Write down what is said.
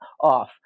off